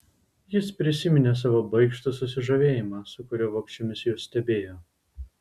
jis prisiminė savo baikštų susižavėjimą su kuriuo vogčiomis juos stebėjo